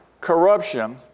corruption